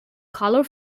color